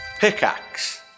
Pickaxe